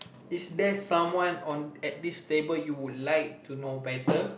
is there some one on at this table you would like to know better